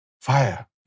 fire